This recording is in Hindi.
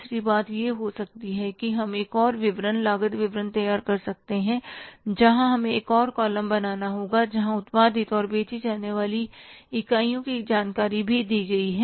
तीसरी बात यह हो सकती है कि हम एक और विवरण लागत विवरण तैयार कर सकते हैं जहाँ हमें एक और कॉलम बनाना होगा जहाँ उत्पादित और बेची जाने वाली इकाइयों की जानकारी भी दी गई है